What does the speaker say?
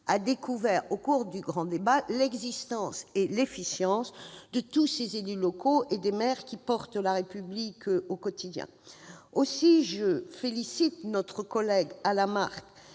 a découvert au cours du grand débat l'existence et l'efficience de tous ces élus locaux et des maires qui font vivre la République au quotidien. Aussi, je félicite mon collègue Alain Marc